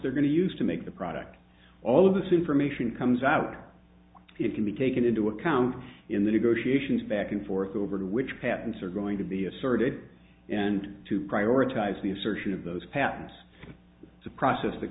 they're going to use to make the product all of this information comes out it can be taken into account in the negotiations back and forth over which patents are going to be asserted and to prioritize the insertion of those patents to process the